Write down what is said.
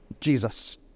Jesus